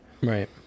Right